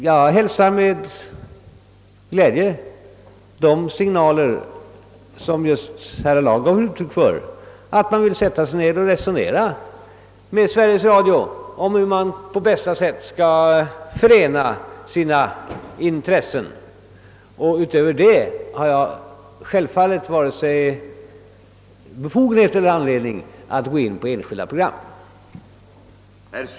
Jag hälsar med glädje de signalerna just i herr Allards anförande att idrottens representanter nu vill sätta sig ned och resonera med radions företrädare om hur man på bästa sätt skall förena sina intressen. Utöver det har jag självfallet varken befogenhet eller anledning att gå in på de enskilda programmen.